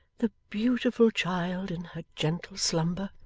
the beautiful child in her gentle slumber,